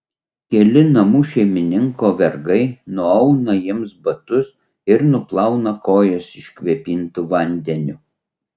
keli namų šeimininko vergai nuauna jiems batus ir nuplauna kojas iškvėpintu vandeniu